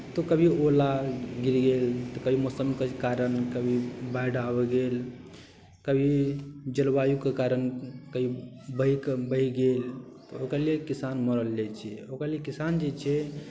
तऽ कभी ओला गिड़ गेल तऽ कभी मौसमके जे कारण कभी बाढ़ि आबि गेल कभी जलवायुके कारण कभी बहि कऽ बहि गेल ओकरा लिए किसान मरल रहै छै ओकरा लेल किसान जे छै